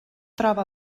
troba